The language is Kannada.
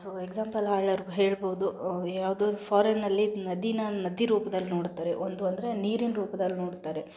ಸೊ ಎಕ್ಸಾಂಪಲ್ ಹೇಳ್ಬೋದು ಯಾವುದೋ ಫಾರಿನ್ನಲ್ಲಿ ನದಿನ ನದಿ ರೂಪ್ದಲ್ಲಿ ನೋಡ್ತಾರೆ ಒಂದು ಅಂದರೆ ನೀರಿನ ರೂಪ್ದಲ್ಲಿ ನೋಡ್ತಾರೆ